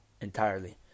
entirely